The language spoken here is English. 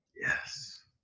Yes